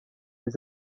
les